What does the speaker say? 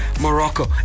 Morocco